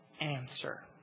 answer